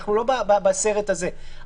אנחנו לא בסרט הזה.